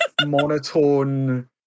monotone